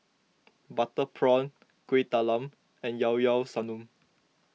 Butter Prawn Kuih Talam and Liao Liao Sanum